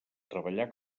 treballar